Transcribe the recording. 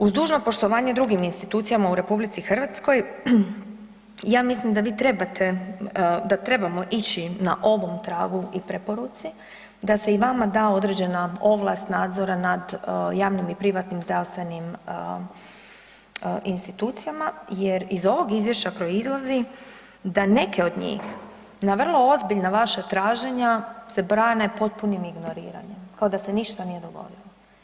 Uz dužno poštovanje drugim institucijama u RH, ja mislim da vi trebate, da trebamo ići na ovom tragu i preporuci, da se i vama da određena ovlast nadzora nad javnim i privatnim zdravstvenim institucijama jer iz ovog Izvješća proizlazi da neke od njih na vrlo ozbiljna vaša traženja se brane potpunim ignoriranjem, kao da se ništa nije dogodilo.